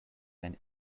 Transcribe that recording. than